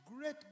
great